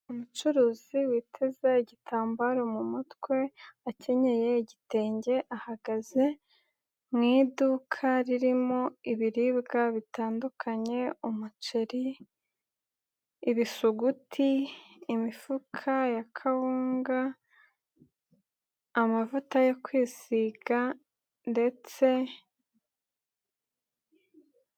Umucuruzi witeze igitambaro mu mutwe, akenyeye igitenge, ahagaze mu iduka ririmo ibiribwa bitandukanye; umuceri, ibisuguti, imifuka ya kawunga, amavuta yo kwisiga ndetse.